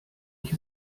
ich